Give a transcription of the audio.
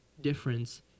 difference